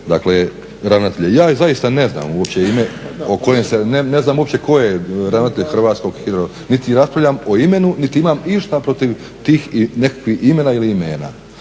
uopće ime o kojem se, ne znam uopće tko je ravnatelj Hrvatskog hidrografskog niti raspravljam o imenu niti imam išta protiv tih nekakvih imena. Ali